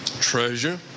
treasure